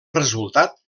resultat